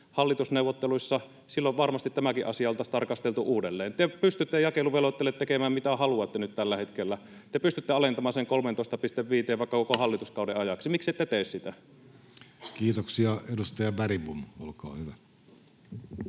hallitusneuvotteluissa. Silloin varmasti tämäkin asia oltaisiin tarkasteltu uudelleen. Te pystytte jakeluvelvoitteelle tekemään mitä haluatte nyt tällä hetkellä. Te pystytte alentamaan sen 13,5:een vaikka koko hallituskauden ajaksi. Miksi ette tee sitä? Kiitoksia. — Edustaja Bergbom, olkaa hyvä.